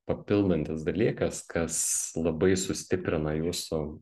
papildantis dalykas kas labai sustiprina jūsų